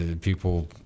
people